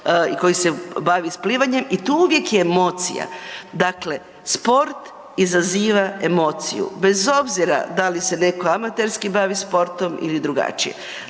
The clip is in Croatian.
i koji se bavi s plivanjem i tu uvijek je emocija. Dakle sport izaziva emociju bez obzira da li se netko amaterski bavi sportom ili drugačije.